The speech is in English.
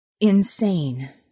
Insane